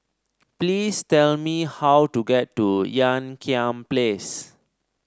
please tell me how to get to Ean Kiam Place